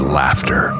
laughter